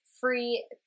free